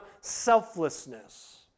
selflessness